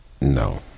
No